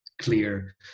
clear